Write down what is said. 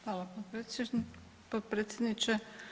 Hvala potpredsjedniče.